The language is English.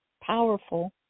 powerful